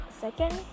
second